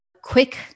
Quick